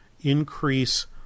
increase